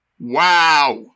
Wow